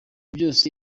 byose